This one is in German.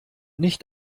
nicht